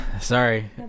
Sorry